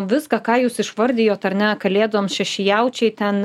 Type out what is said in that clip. viską ką jūs išvardijot ar ne kalėdoms šeši jaučiai ten